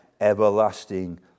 everlasting